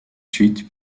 suite